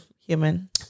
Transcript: human